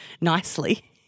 nicely